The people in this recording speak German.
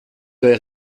der